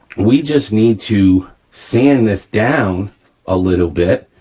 we just need to sand this down a little bit,